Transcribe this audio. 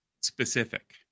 specific